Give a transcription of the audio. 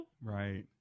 Right